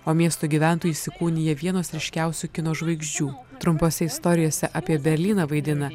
o miesto gyventojai įsikūnija vienos ryškiausių tik kino žvaigždžių trumpose istorijose apie berlyną vaidina